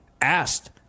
asked